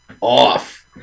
off